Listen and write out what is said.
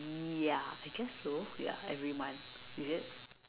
ya I guess so ya every month is it